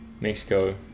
Mexico